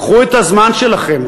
קחו את הזמן שלכם,